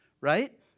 Right